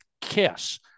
kiss